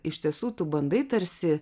iš tiesų tu bandai tarsi